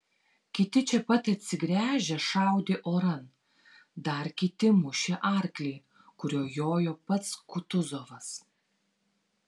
kiti čia pat atsigręžę šaudė oran dar kiti mušė arklį kuriuo jojo pats kutuzovas